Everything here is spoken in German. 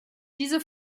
diese